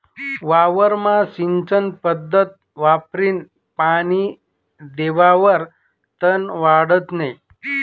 वावरमा सिंचन पध्दत वापरीन पानी देवावर तन वाढत नै